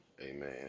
Amen